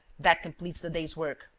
that completes the day's work.